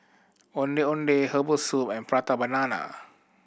Ondeh Ondeh herbal soup and Prata Banana